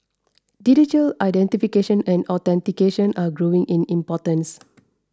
digital identification and authentication are growing in importance